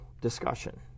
discussion